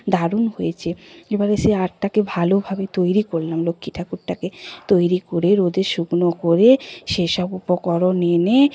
দারুণ হয়েছে এবারে সে আর্টটাকে ভালোভাবে তৈরি করলাম লক্ষ্মী ঠাকুরটাকে তৈরি করে রোদে শুকনো করে সেসব উপকরণ এনে